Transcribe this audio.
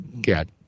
get